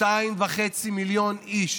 2.5 מיליון איש